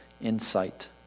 insight